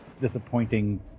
disappointing